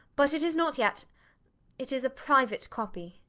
but it is not yet it is a private copy.